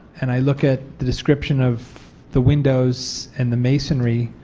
and i look at the description of the windows, and the masonry,